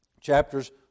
chapters